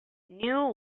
new